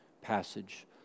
passage